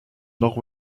nord